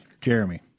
jeremy